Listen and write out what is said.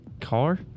Car